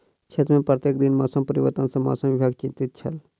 क्षेत्र में प्रत्येक दिन मौसम परिवर्तन सॅ मौसम विभाग चिंतित छल